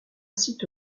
site